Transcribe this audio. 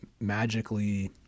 magically